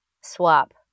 swap